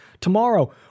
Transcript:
tomorrow